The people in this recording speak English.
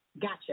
Gotcha